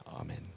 Amen